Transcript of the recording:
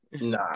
nah